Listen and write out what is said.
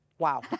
Wow